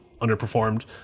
underperformed